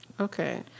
Okay